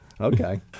Okay